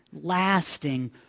lasting